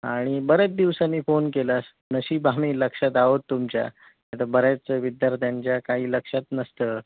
आणि बऱ्याच दिवसांनी फोन केलास नशीब आम्ही लक्षात आहोत तुमच्या आता बऱ्याच विद्यार्थ्यांच्या काही लक्षात नसतं